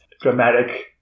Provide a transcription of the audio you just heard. dramatic